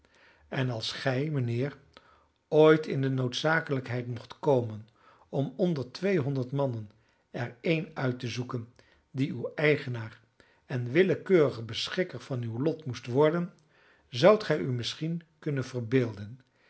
en als gij mijnheer ooit in de noodzakelijkheid mocht komen om onder tweehonderd mannen er een uit te zoeken die uw eigenaar en willekeurig beschikker van uw lot moest worden zoudt gij u misschien kunnen verbeelden